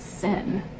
sin